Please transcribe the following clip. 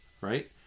right